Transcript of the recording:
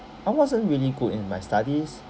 I wasn't really good in my studies